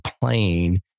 playing